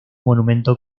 monumento